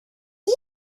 sie